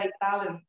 balance